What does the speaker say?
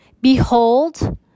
behold